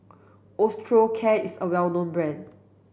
Osteocare is a well known brand